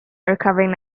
recovering